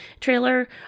trailer